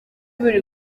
buri